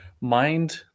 mind